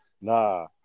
Nah